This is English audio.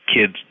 Kids